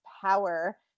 power